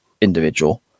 individual